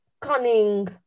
cunning